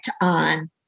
on